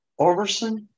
Orberson